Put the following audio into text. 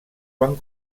van